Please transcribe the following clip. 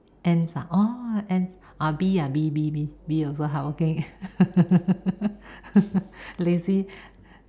ants ah oh ants ah bee bee bee bee bee also hardworking lazy